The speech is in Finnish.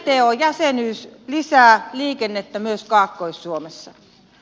wton jäsenyys lisää liikennettä myös kaakkois suomessa